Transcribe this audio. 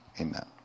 Amen